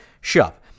shove